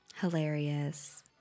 hilarious